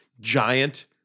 Giant